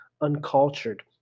Uncultured